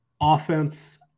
offense